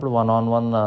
one-on-one